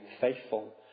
faithful